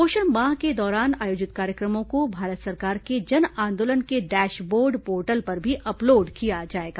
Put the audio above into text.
पोषण माह के दौरान आयोजित कार्यक्रमों को भारत सरकार के जनआंदोलन के डैश बोर्ड पोर्टल पर भी अपलोड किया जाएगा